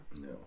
no